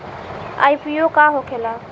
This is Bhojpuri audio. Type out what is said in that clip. आई.पी.ओ का होखेला?